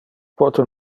pote